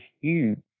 huge